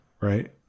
Right